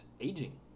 aging